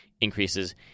increases